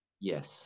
Yes